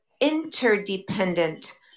interdependent